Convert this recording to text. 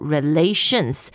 Relations